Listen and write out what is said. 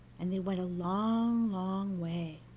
and they went a long, long way,